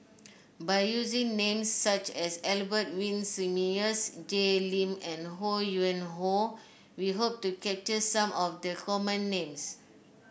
by using names such as Albert Winsemius Jay Lim and Ho Yuen Hoe we hope to capture some of the common names